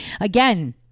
again